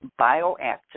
bioactive